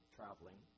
traveling